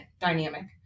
dynamic